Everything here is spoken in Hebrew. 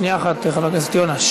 שנייה אחת, חבר הכנסת יונה.